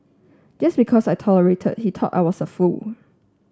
just because I tolerated he thought I was a fool